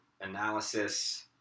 analysis